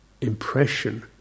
impression